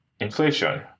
inflation